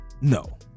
no